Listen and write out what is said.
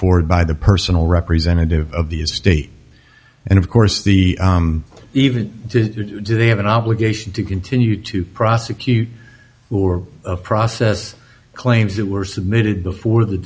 forward by the personal representative of the estate and of course the even do they have an obligation to continue to prosecute or process claims that were submitted before the